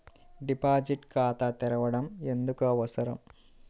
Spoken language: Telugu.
డిపాజిట్ ఖాతా తెరవడం ఎందుకు అవసరం?